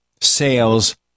sales